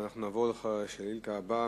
נעבור לשאילתא הבאה,